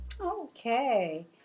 Okay